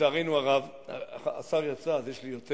השר יצא, אז יש לי יותר.